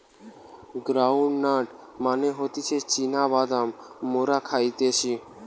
ground nut মানে হতিছে চীনা বাদাম মোরা খাইতেছি